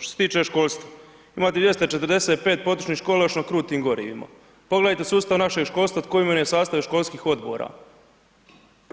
Što se tiče školstva imate 245 područnih škola još na krutim gorivima, pogledajte sustav našeg školstva tko imenuje sastav školskih odbora,